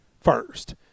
first